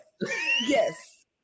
yes